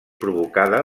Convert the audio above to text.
provocada